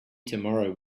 tomorrow